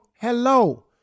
Hello